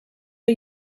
are